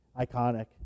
iconic